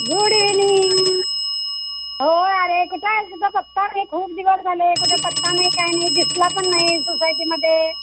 good evening हो अरे कुठं आहे तुझा पत्ता नाही खूप दिवस झाले कुठे पत्ता नाही काय नाही दिसला पण नाही सोसायटीमध्ये